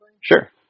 Sure